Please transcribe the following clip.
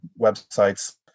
websites